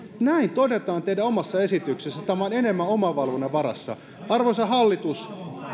näin todetaan teidän omassa esityksessänne tämä on enemmän omavalvonnan varassa arvoisa hallitus